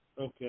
Okay